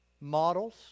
models